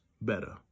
better